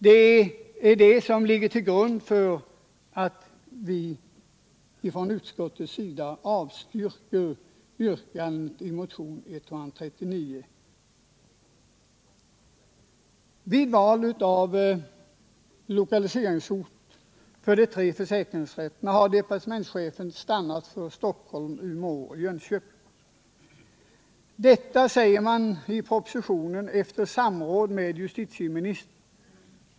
Det är vad som ligger till grund för att vi från utskottets sida avstyrker yrkandet i motionen 139. Vid val av lokaliseringsort för de tre försäkringsrätterna har departementschefen stannat för Stockholm, Umeå och Jönköping. Detta, säger man i propositionen, efter samråd med justitieministern.